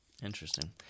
Interesting